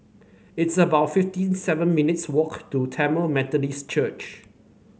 it's about fifty seven minutes' walk to Tamil Methodist Church